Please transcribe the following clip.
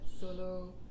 solo